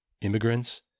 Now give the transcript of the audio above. immigrants